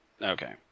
Okay